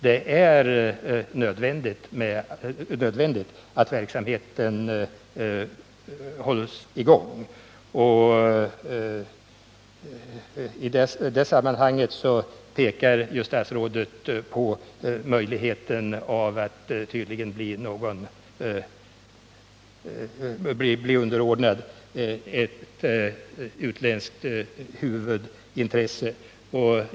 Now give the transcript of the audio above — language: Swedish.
Det är nödvändigt att verksamheten hålls i gång. I det sammanhanget pekar statsrådet på möjligheten att den blir underordnad ett utländskt huvudintresse.